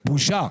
בושה.